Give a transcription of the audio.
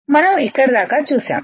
మనం ఇక్కడి దాకా చూసాం